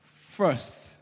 first